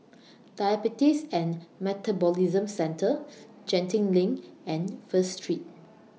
Diabetes and Metabolism Centre Genting LINK and First Street